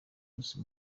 bose